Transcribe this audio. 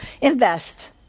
invest